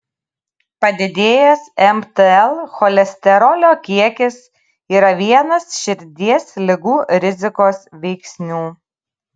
padidėjęs mtl cholesterolio kiekis yra vienas širdies ligų rizikos veiksnių